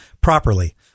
properly